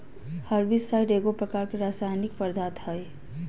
herbicide एगो प्रकार के रासायनिक पदार्थ हई